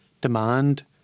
demand